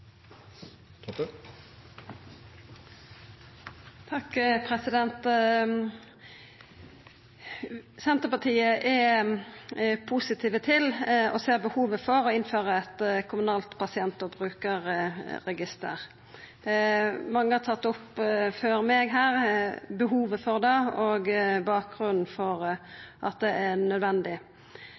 dette lovforslaget. Senterpartiet er positiv til og ser behovet for å innføra eit kommunalt pasient- og brukarregister. Mange før meg har tatt opp behovet for det og bakgrunnen for at det er nødvendig.